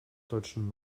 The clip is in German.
deutschen